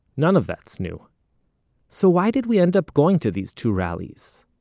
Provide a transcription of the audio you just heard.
none of that's new so why did we end up going to these two rallies?